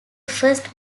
first